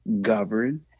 govern